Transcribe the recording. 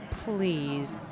Please